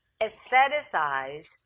aestheticize